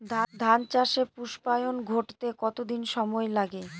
ধান চাষে পুস্পায়ন ঘটতে কতো দিন সময় লাগে?